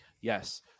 Yes